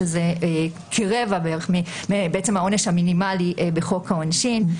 שזה כרבע בערך מהעונש המינימלי בחוק העונשין.